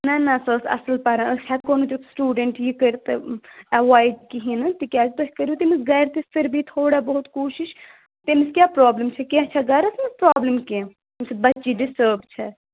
نہ نہ سۄ ٲسۍ اَصٕل پَران أسۍ ہٮ۪کو نہٕ تیُٚتھ سٹوٗڈنٛٹ یہِ کٔرِتھ اَیوایڈ کِہیٖنۍ نہٕ تِکیازِ تُہۍ کٔرِو تٔمِس گَرِ تہِ پھِر بھی تھوڑا بہت کوٗشِش تٔمِس کیاہ پرٛابلِم چھےٚ کینٛہہ چھےٚ گَرَس منٛز پرٛابلِم کینٛہہ اَچھا بَچی ڈِسٹٲب چھےٚ